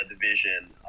division